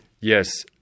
Yes